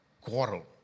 Quarrel